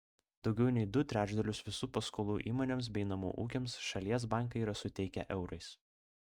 daugiau nei du trečdalius visų paskolų įmonėms bei namų ūkiams šalies bankai yra suteikę eurais